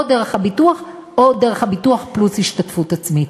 או דרך הביטוח או דרך הביטוח פלוס השתתפות עצמית.